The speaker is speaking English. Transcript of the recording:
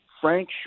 Frank